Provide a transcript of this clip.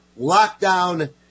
lockdown